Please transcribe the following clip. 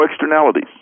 externalities